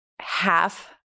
half